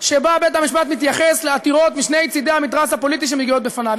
שבה בית-המשפט מתייחס לעתירות משני צדי המתרס הפוליטי שמגיעות בפניו.